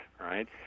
right